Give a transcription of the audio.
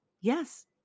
Yes